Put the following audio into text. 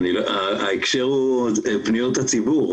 ההקשר הוא פניות הציבור.